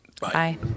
Bye